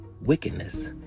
wickedness